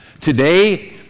Today